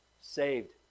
saved